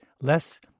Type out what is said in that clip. less